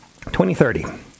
2030